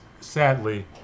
sadly